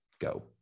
go